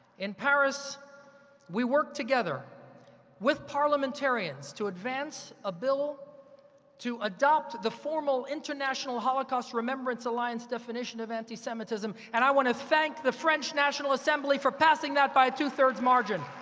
in paris we worked together with parliamentarians to advance a bill to adopt the formal international holocaust remembrance alliance definition of anti semitism. and i want to thank the french national assembly for passing that by a two-thirds margin.